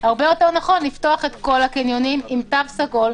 הרבה יותר נכון לפתוח את כל הקניונים עם תו סגול,